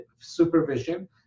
supervision